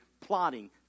plotting